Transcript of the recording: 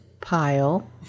pile